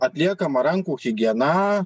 atliekama rankų higiena